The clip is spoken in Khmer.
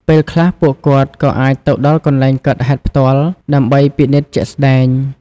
ពេលខ្លះ ពួកគាត់ក៏អាចទៅដល់កន្លែងកើតហេតុផ្ទាល់ ដើម្បីពិនិត្យជាក់ស្តែង។